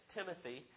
Timothy